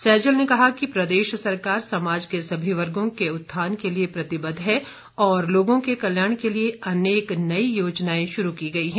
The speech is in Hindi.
सैजल ने कहा कि प्रदेश सरकार समाज के सभी वर्गों के उत्थान के लिए प्रतिबद्ध है और लोगों के कल्याण के लिए अनेक नई योजनाएं शुरू की गई हैं